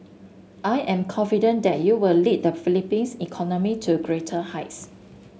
I am confident that you will lead the Philippines economy to greater heights